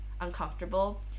uncomfortable